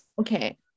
Okay